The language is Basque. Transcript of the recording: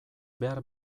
behar